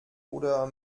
oder